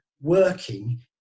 working